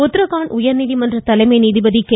உத்தரகாண்ட் உயா்நீதிமன்ற தலைமை நீதிபதி கே